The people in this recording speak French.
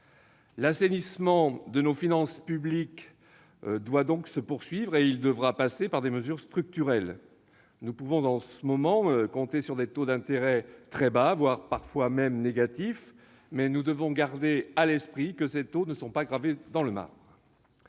L'assainissement de nos finances publiques doit donc se poursuivre, ce qui demandera de passer par des mesures structurelles. Nous pouvons, en ce moment, compter sur des taux d'intérêt très bas, voire parfois négatifs, mais nous devons garder à l'esprit que ces taux ne sont pas gravés dans le marbre.